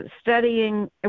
studying